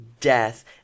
death